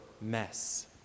mess